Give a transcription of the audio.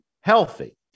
healthy